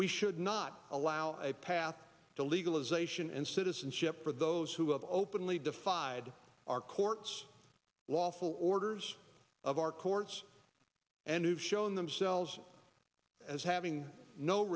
we should not allow a path to legalization and citizenship for those who have openly defied our courts lawful orders of our courts and who have shown themselves as having no